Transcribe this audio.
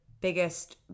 biggest